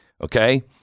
okay